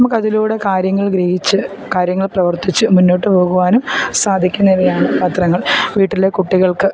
നമുക്ക് അതിലൂടെ കാര്യങ്ങൾ ഗ്രഹിച്ച് കാര്യങ്ങൾ പ്രവർത്തിച്ച് മുന്നോട്ടു പോകുവാനും സാധിക്കുന്നവയാണ് പത്രങ്ങൾ വീട്ടിലെ കുട്ടികൾക്ക്